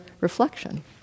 reflection